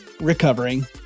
recovering